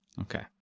Okay